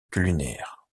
culinaire